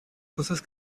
costas